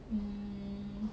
mm